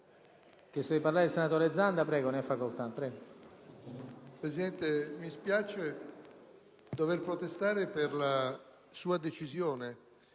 mi spiace dover protestare per la sua decisione